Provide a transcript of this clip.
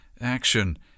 action